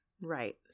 right